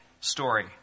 story